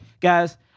Guys